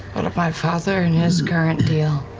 what of my father and his current deal?